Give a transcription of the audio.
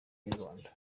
inyarwanda